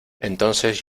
entonces